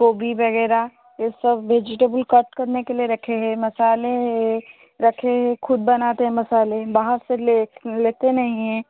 गोभी वग़ैरह यें सब भेजिटेबुल कट करने के लिए रखे हैं मसाले हैं रखे हैं ख़ुद बनाते हैं मसाले बाहर से ले लेते नहीं है